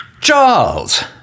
Charles